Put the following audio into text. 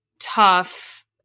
tough